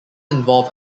involve